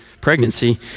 pregnancy